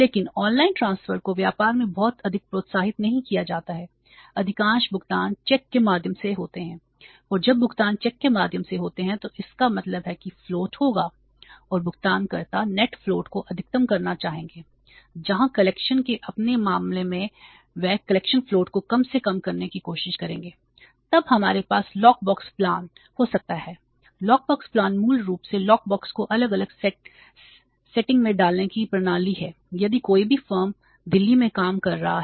लेकिन online transfer को अलग अलग सेटिंग में डालने की प्रणाली है यदि कोई भी फॉर्म दिल्ली में काम कर रहा है